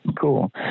Cool